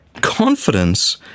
confidence